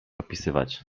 opisywać